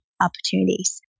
opportunities